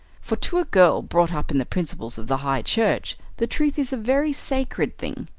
for to a girl brought up in the principles of the high church the truth is a very sacred thing.